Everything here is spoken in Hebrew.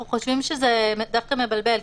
אנחנו חושבים שזה דווקא מבלבל,